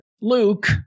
Luke